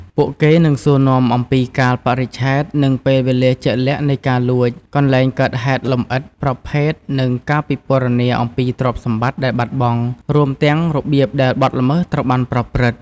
ពួកគេនឹងសួរនាំអំពីកាលបរិច្ឆេទ និងពេលវេលាជាក់លាក់នៃការលួច កន្លែងកើតហេតុលម្អិតប្រភេទ និងការពិពណ៌នាអំពីទ្រព្យសម្បត្តិដែលបាត់បង់ រួមទាំងរបៀបដែលបទល្មើសត្រូវបានប្រព្រឹត្ត។